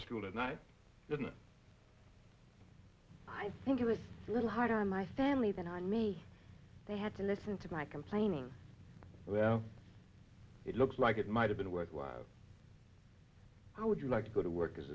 to school at night you know i think it was a little hard on my family than on me they had to listen to my complaining now it looks like it might have been worthwhile how would you like to go to work as